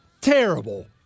terrible